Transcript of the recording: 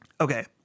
Okay